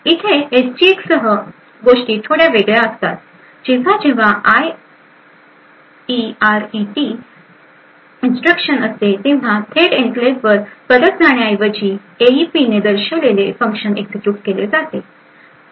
इथे एसजीएक्ससह गोष्टी थोड वेगळ्या असतात जेव्हा जेव्हा आयईआरईटी इन्स्ट्रक्शन असते तेव्हा थेट एन्क्लेव्हवर परत जाण्याऐवजी एईपीने दर्शवलेले फंक्शन एक्झिक्युट केले जाते